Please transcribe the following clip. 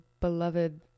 beloved